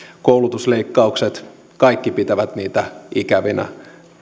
koulutusleikkaukset kaikki pitävät niitä ikävinä